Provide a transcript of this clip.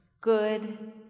good